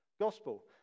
Gospel